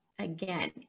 Again